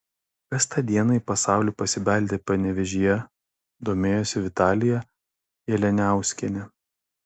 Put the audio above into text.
kas tą dieną į pasaulį pasibeldė panevėžyje domėjosi vitalija jalianiauskienė